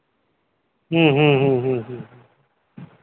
ᱦᱮᱸ ᱦᱮᱸ